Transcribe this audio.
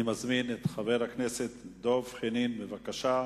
אני מזמין את חבר הכנסת דב חנין, בבקשה.